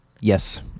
yes